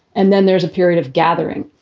and then there's a period of gathering.